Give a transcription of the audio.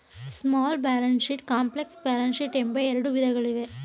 small balance sheets, complex balance sheets ಎಂಬ ಎರಡು ವಿಧಗಳಿವೆ